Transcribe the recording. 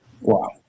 Wow